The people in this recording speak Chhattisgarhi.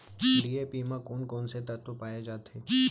डी.ए.पी म कोन कोन से तत्व पाए जाथे?